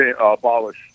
abolish